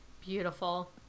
beautiful